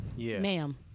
ma'am